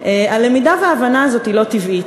הלמידה וההבנה הזאת היא לא טבעית,